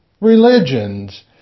religions